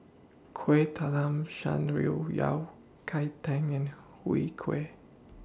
Kueh Talam Shan Rui Yao Cai Tang and Chwee Kueh